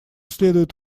следует